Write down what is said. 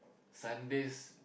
Sundays